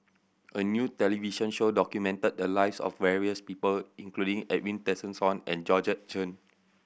a new television show documented the lives of various people including Edwin Tessensohn and Georgette Chen